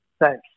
Thanks